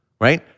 right